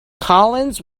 collins